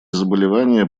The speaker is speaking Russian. заболевания